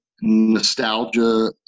nostalgia